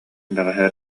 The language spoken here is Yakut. бэҕэһээ